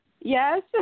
Yes